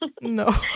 No